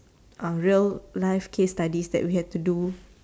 a real life case studies that we have to do